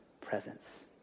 presence